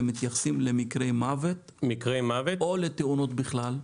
מתייחסים למקרי מוות או לתאונות בכלל?